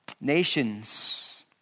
Nations